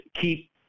keep